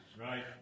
right